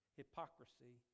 hypocrisy